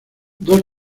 dos